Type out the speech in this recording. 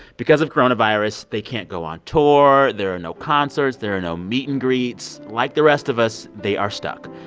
because of coronavirus, they can't go on tour. there are no concerts. there are no meet and greets. like the rest of us, they are stuck.